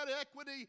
equity